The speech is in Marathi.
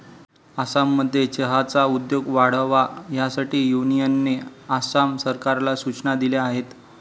आसाममध्ये चहाचा उद्योग वाढावा यासाठी युनियनने आसाम सरकारला सूचना दिल्या आहेत